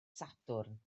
sadwrn